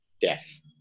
death